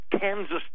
Kansas